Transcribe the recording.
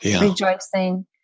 rejoicing